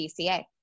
DCA